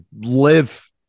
live